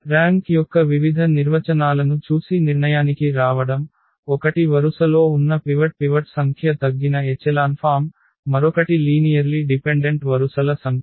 rank యొక్క వివిధ నిర్వచనాలను చూసి నిర్ణయానికి రావడం ఒకటి వరుసలో ఉన్న పివట్ సంఖ్య తగ్గిన ఎచెలాన్ ఫామ్ మరొకటి లీనియర్లి డిపెండెంట్ వరుసల సంఖ్య